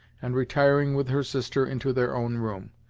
and retiring with her sister into their own room.